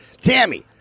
Tammy